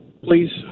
please